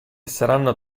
saranno